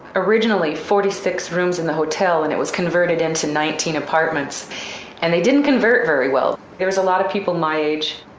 originally forty six rooms in the hotel and it was converted into nineteen apartments and they didn't convert very well. it was a lot of people my age,